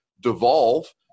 devolve